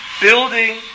building